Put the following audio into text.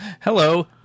hello